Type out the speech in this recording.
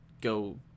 go